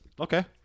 Okay